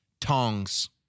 tongs